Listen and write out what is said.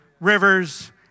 rivers